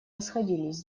расходились